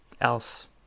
else